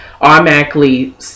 automatically